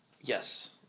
Yes